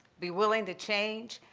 be willing to change,